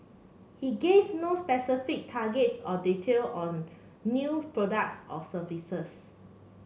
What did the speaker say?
he gave no specific targets or details on new products or services